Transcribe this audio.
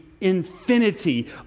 infinity